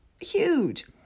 huge